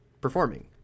performing